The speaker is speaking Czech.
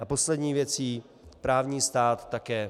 A poslední věcí právní stát také.